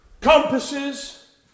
compasses